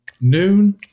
noon